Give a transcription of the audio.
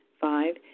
Five